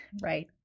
Right